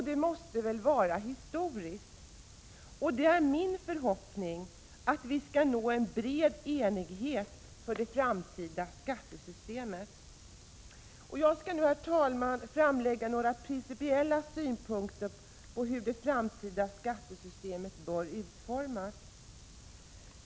Det måste vara en historisk händelse, och det är min förhoppning att vi skall nå en bred enighet om det framtida skattesystemet. Herr talman! Jag skall i mitt anförande framlägga några principiella synpunkter på hur ett framtida skattesystem bör utformas.